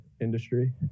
industry